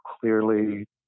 clearly